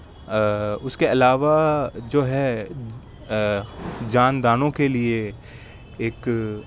آ اس کے علاوہ جو ہے جاندانوں کے لیے ایک